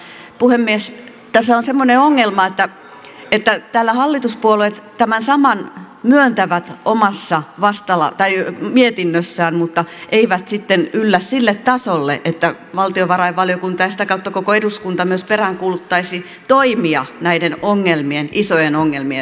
mutta puhemies tässä on semmoinen ongelma että täällä hallituspuolueet tämän saman myöntävät omassa mietinnössään mutta eivät sitten yllä sille tasolle että valtiovarainvaliokunta ja sitä kautta koko eduskunta myös peräänkuuluttaisivat toimia näiden ongelmien isojen ongelmien ratkaisemiseksi